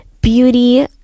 beauty